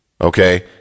Okay